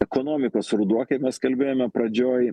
ekonomikos ruduo kaip mes kalbėjome pradžioj